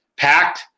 packed